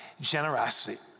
generosity